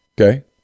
okay